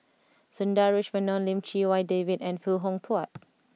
Sundaresh Menon Lim Chee Wai David and Foo Hong Tatt